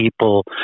people